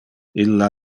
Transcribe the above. illa